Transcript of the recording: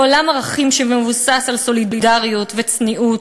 עולם ערכים שמבוסס על סולידריות וצניעות,